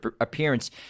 appearance